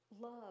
love